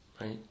right